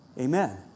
Amen